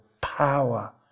power